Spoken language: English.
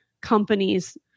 companies